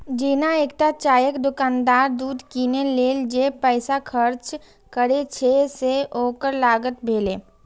जेना एकटा चायक दोकानदार दूध कीनै लेल जे पैसा खर्च करै छै, से ओकर लागत भेलै